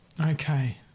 Okay